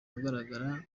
ahagaragara